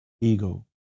ego